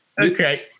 Okay